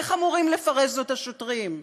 איך אמורים לפרש זאת השוטרים?